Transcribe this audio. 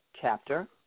chapter